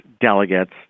delegates